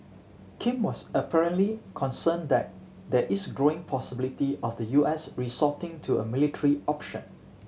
Kim was apparently concerned that there is growing possibility of the U S resorting to a military option